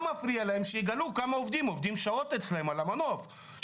מפריע להם שיגלו כמה שעות עובדים אצלם על המנוף,